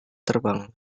terbang